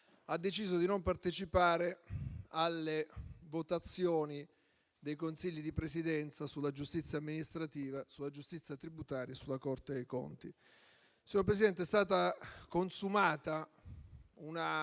ha deciso di non partecipare alle votazioni dei consigli di presidenza sulla giustizia amministrativa, sulla giustizia tributaria e sulla Corte dei conti. PRESIDENTE. Prego, senatore